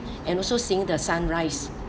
and also seeing the sun rise